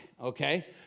okay